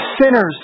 sinners